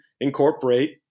incorporate